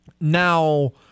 Now